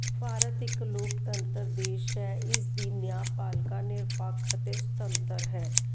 ਭਾਰਤ ਇੱਕ ਲੋਕਤੰਤਰ ਦੇਸ਼ ਹੈ ਇਸ ਦੀ ਨਿਆਪਾਲਿਕਾ ਨਿਰਪੱਖ ਅਤੇ ਸੁਤੰਤਰ ਹੈ